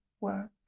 work